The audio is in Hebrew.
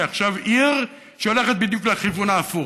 הינה, עכשיו היא עיר שהולכת בדיוק לכיוון ההפוך.